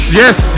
yes